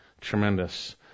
Tremendous